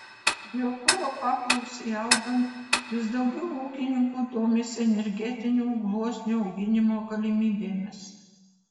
biokuro paklausai augant vis daugiau ūkininkų domisi energetinių gluosnių auginimo galimybėmis